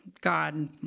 God